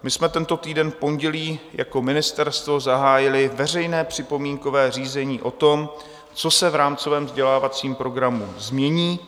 My jsme tento týden v pondělí jako ministerstvo zahájili veřejné připomínkové řízení o tom, co se v rámcovém vzdělávacím programu změní.